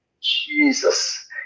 Jesus